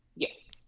yes